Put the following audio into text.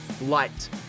light